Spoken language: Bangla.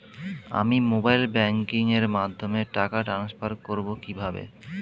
আমি মোবাইল ব্যাংকিং এর মাধ্যমে টাকা টান্সফার করব কিভাবে?